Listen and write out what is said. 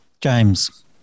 James